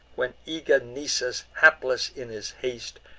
when eager nisus, hapless in his haste,